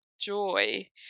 joy